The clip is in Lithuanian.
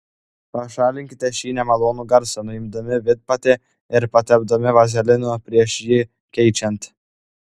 pašalinkite šį nemalonų garsą nuimdami vidpadį ir patepdami vazelinu prieš jį keičiant